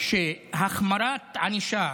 שהחמרת הענישה,